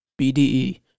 bde